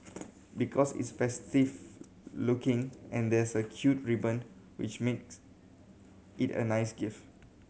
because it's festive looking and there's a cute ribbon which makes it a nice gift